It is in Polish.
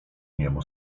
niemu